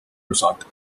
resort